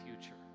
future